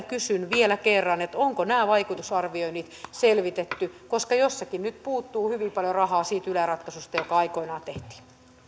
kysyn vielä kerran onko nämä vaikutusarvioinnit selvitetty koska jossakin nyt puuttuu hyvin paljon rahaa siitä yle ratkaisusta joka aikoinaan tehtiin